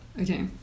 Okay